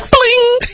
Bling